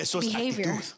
behavior